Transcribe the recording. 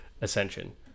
ascension